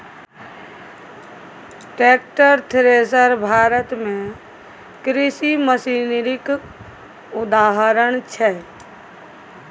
tractor, thresher Bharat मे कृषि मशीनरीक उदाहरण छै